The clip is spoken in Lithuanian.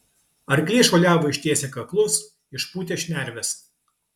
arkliai šuoliavo ištiesę kaklus išpūtę šnerves